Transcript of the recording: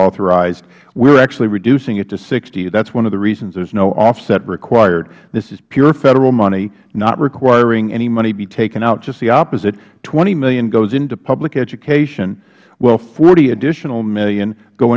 authorized we are actually reducing it to sixty that is one of the reasons there is no offset required this is pure federal money not requiring any money be taken out just the opposite twenty dollars million goes into public education while forty dollars additional million go